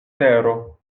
tero